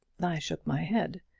i shook my head.